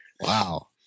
Wow